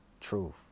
Truth